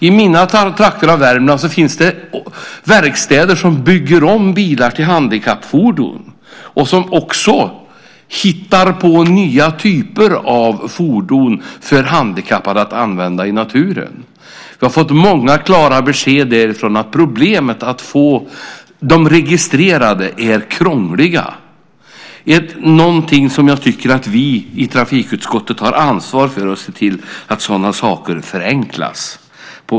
I mina trakter av Värmland finns verkstäder som bygger om bilar till handikappfordon och som också hittar på nya typer av fordon för handikappade att använda i naturen. Vi har fått många klara besked därifrån att det är problem med den krångliga registreringen. Vi i trafikutskottet har ansvar att se till att sådana saker förenklas.